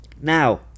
now